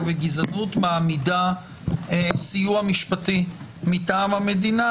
בגזענות מעמידה סיוע משפטי מטעם המדינה